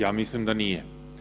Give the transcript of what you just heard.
Ja mislim da nije.